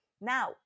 Now